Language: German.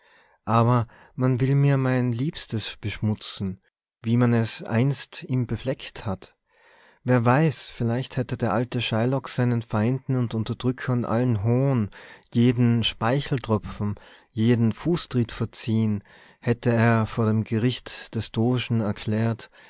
aber man will mir mein liebstes beschmutzen wie man es einst ihm befleckt hat wer weiß vielleicht hätte der alte shylock seinen feinden und unterdrückern allen hohn jeden speicheltropfen jeden fußtritt verziehen vielleicht hätte er vor dem gericht des dogen erklärt